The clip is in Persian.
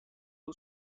این